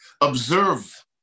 Observe